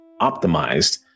optimized